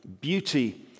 beauty